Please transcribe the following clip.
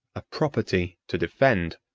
a property to defend,